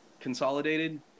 consolidated